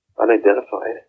unidentified